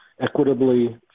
equitably